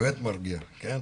באמת מרגיע, כן?